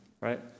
right